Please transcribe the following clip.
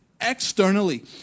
externally